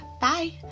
Bye